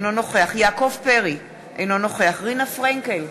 אינו נוכח יעקב פרי, אינו נוכח רינה פרנקל,